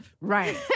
Right